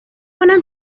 کنم